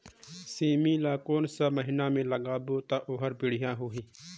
सेमी ला कोन महीना मा लगाबो ता ओहार बढ़िया होही?